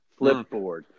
Flipboard